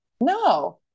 No